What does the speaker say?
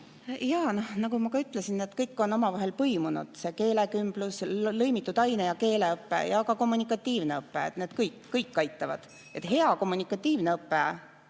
Jaa, nagu ma ka ütlesin, siis need kõik on omavahel põimunud: keelekümblus, lõimitud aine‑ ja keeleõpe ning ka kommunikatiivne õpe. Need kõik aitavad. Hea kommunikatiivne õpe